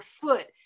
foot